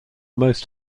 most